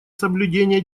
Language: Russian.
соблюдения